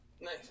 Nice